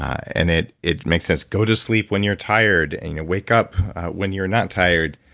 and it it makes sense. go to sleep when you're tired and you'll wake up when you're not tired